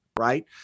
right